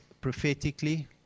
prophetically